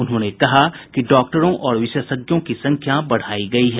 उन्होंने कहा कि डॉक्टरों और विशेषज्ञों की संख्या बढ़ायी गयी है